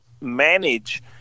manage